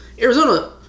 Arizona